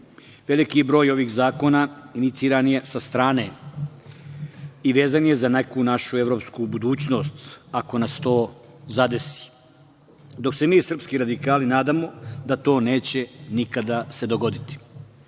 Veliki broj ovih zakona iniciran je sa strane i vezan je za neku našu evropsku budućnost, ako nas to zadesi, dok se mi, srpski radikali, nadamo da se to neće nikada dogoditi. Na